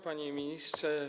Panie Ministrze!